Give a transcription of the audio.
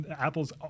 Apple's